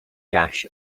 gash